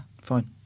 Fine